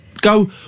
go